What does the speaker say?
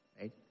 right